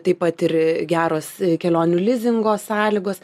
taip pat ir geros kelionių lizingo sąlygos